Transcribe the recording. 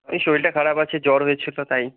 ওই শরীরটা খারাপ আছে জ্বর হয়েছিলো তাই